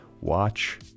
Watch